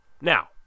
Now